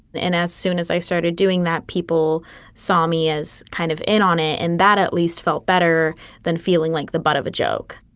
and as soon as i started doing that, people saw me as kind of in on it. and that at least felt better than feeling like the butt of a joke.